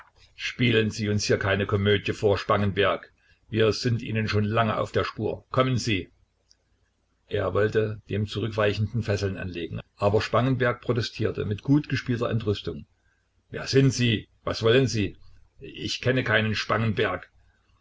spielen sie uns hier keine komödie vor spangenberg wir sind ihnen schon lange auf der spur kommen sie er wollte dem zurückweichenden fesseln anlegen aber spangenberg protestierte mit gutgespielter entrüstung wer sind sie was wollen sie ich kenne keinen spangenberg